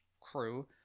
crew